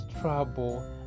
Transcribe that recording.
trouble